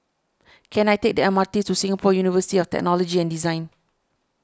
can I take the M R T to Singapore University of Technology and Design